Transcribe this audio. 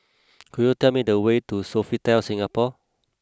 could you tell me the way to Sofitel Singapore